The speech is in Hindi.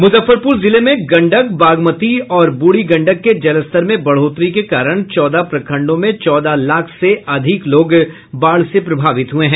मुजफ्फरपूर जिले में गंडक बागमती और बूढ़ी गंडक के जलस्तर में बढ़ोतरी के कारण चौदह प्रखंडों में चौदह लाख से अधिक लोग बाढ़ से प्रभावित हुये हैं